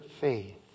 faith